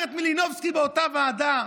אומרת מלינובסקי באותה ועדה,